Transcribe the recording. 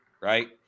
right